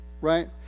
Right